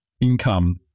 income